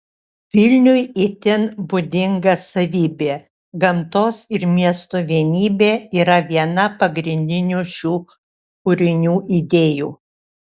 vilniui itin būdinga savybė gamtos ir miesto vienybė yra viena pagrindinių šių kūrinių idėjų